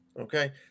okay